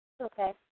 Okay